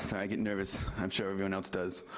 so i get nervous, i'm sure everyone else does.